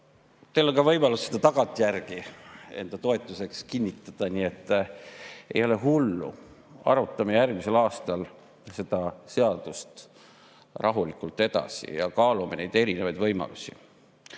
teil on võimalus seda ka tagantjärgi enda toetuseks kinnitada, nii et ei ole hullu. Arutame järgmisel aastal seda seadust rahulikult edasi ja kaalume neid erinevaid võimalusi. Nagu